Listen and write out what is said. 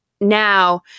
now